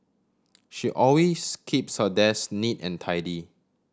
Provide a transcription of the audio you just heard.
she always keeps her desk neat and tidy